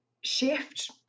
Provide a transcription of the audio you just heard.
shift